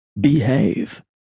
Behave